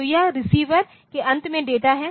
तो यह रिसीवर के अंत में डेटा है